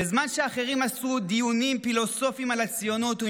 בזמן שאחרים עשו דיונים פילוסופיים על הציונות עם